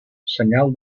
senyal